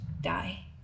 die